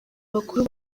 bakuru